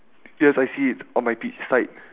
yes I see it on my orchid side